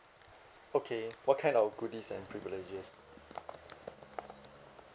okay what kind of goodies and privileges